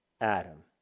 Adam